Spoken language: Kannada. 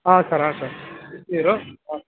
ಹಾಂ ಸರ್ ಹಾಂ ಸರ್ ಬಿಸಿನೀರು ಹಾಂ